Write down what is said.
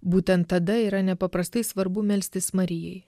būtent tada yra nepaprastai svarbu melstis marijai